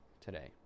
today